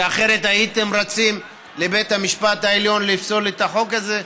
כי אחרת הייתם רצים לבית המשפט העליון לפסול את החוק הזה.